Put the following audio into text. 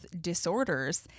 disorders